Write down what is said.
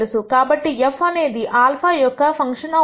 కాబట్టి f అనేది α యొక్క ఫంక్షన్ అవుతుంది